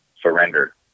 surrender